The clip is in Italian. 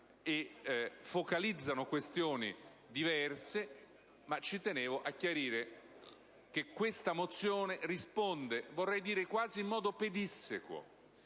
e focalizzano questioni diverse. Ci tenevo a chiarire che questa mozione risponde, direi quasi in modo pedissequo,